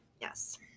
Yes